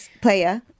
player